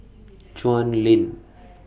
Chuan Lane